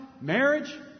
Marriage